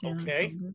Okay